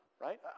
right